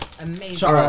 Amazing